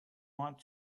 want